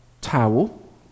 towel